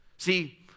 See